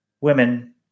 women